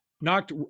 knocked